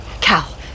Cal